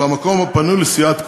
במקום הפנוי לסיעת כולנו.